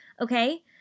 okay